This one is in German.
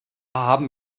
haben